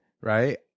right